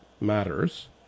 matters